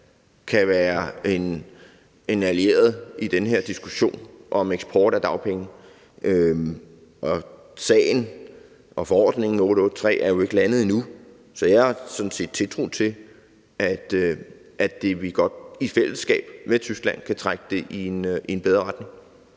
kan være en allieret i den her diskussion om eksport af dagpenge, og sagen og forordningen, 883, er jo ikke landet endnu. Så jeg har sådan set tiltro til, at vi i fællesskab med Tyskland godt kan trække det i en bedre retning.